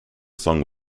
song